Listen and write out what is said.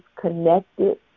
connected